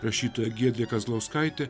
rašytoja giedrė kazlauskaitė